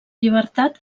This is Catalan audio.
llibertat